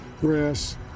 grass